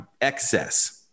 excess